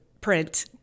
print